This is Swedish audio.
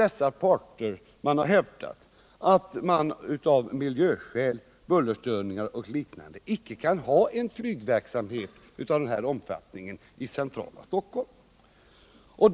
Dessa parter har hävdat att man av miljöskäl — bullerstörningar och annat — inte kan ha en flygverksamhet av denna omfattning i centrala Stockholm.